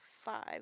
five